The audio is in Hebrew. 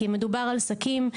כי מדובר על שקים,